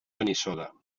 benissoda